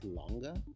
longer